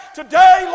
today